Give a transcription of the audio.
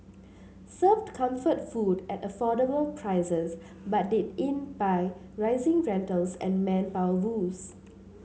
served comfort food at affordable prices but did in by rising rentals and manpower woes